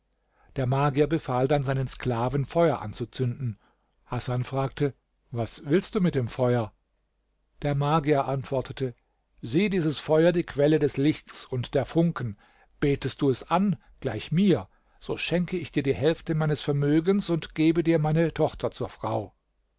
der magier befahl dann seinen sklaven feuer anzuzünden hasan fragte was willst du mit dem feuer der magier antwortete sieh dieses feuer die quelle des lichts und der funken betest du es an gleich mir so schenke ich dir die hälfte meines vermögens und gebe dir meine tochter zur frau